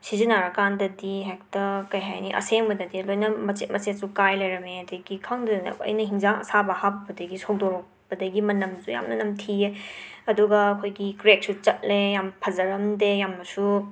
ꯁꯤꯖꯤꯟꯅꯔꯀꯥꯟꯗꯗꯤ ꯍꯦꯛꯇ ꯀꯔꯤ ꯍꯥꯏꯅꯤ ꯑꯁꯦꯡꯕꯗꯗꯤ ꯂꯣꯏꯅ ꯃꯆꯦꯠ ꯃꯆꯦꯠꯁꯨ ꯀꯥꯏ ꯂꯩꯔꯝꯃꯦ ꯑꯗꯒꯤ ꯈꯪꯗꯗꯅꯀꯣ ꯑꯩꯅ ꯍꯤꯡꯖꯥꯡ ꯑꯁꯥꯕ ꯍꯥꯞꯄꯨꯕꯗꯒꯤ ꯁꯧꯗꯣꯔꯛꯄꯗꯒꯤ ꯃꯅꯝꯁꯨ ꯌꯥꯝꯅ ꯅꯝꯊꯤꯌꯦ ꯑꯗꯨꯒ ꯑꯩꯈꯣꯏꯒꯤ ꯀ꯭ꯔꯦꯛꯁꯨ ꯆꯠꯂꯦ ꯌꯥꯝꯅ ꯐꯖꯔꯝꯗꯦ ꯌꯥꯝꯅꯁꯨ